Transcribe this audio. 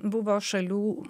buvo šalių